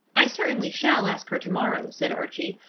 i certainly shall ask her to-morrow, said archie,